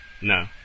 No